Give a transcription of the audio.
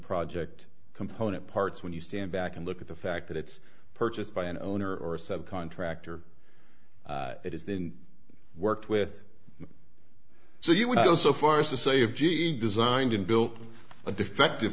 project component parts when you stand back and look at the fact that it's purchased by an owner or a subcontractor it is then worked with so you would go so far as to say of g e designed and built a defective